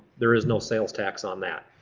there is no sales tax on that.